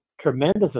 tremendous